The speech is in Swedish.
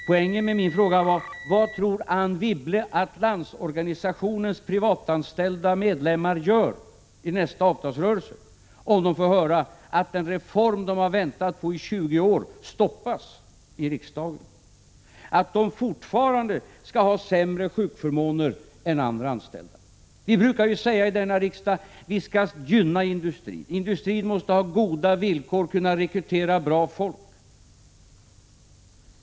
Poängen med min fråga var: Vad tror Anne Wibble att Landsorganisationens privatanställda medlemmar gör i nästa avtalsrörelse, om de får höra att den reform de har väntat på i 20 år har stoppats i riksdagen, att de fortfarande skall ha sämre sjukförmåner än andra anställda? Vi brukar ju säga i denna riksdag att vi skall gynna industrin. Den måste ha goda villkor och kunna rekrytera bra folk.